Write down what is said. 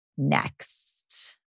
Next